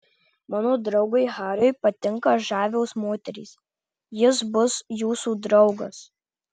mano draugui hariui patinka žavios moterys jis bus jūsų draugas